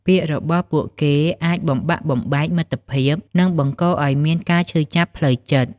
ពាក្យរបស់ពួកគេអាចបំបាក់បំបែកមិត្តភាព និងបង្កឲ្យមានការឈឺចាប់ផ្លូវចិត្ត។